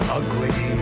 ugly